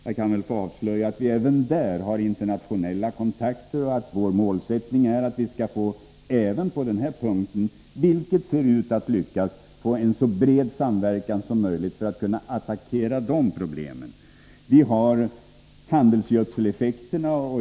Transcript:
Jag kan avslöja att vi även i denna fråga har internationella kontakter och att vi har målsättningen att vi också på denna punkt — vilket ser ut att lyckas — skall få en så bred samverkan som möjligt för att kunna attackera problemen. Jag kan också nämna handelsgödseleffekterna.